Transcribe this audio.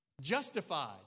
justified